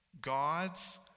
God's